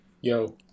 Yo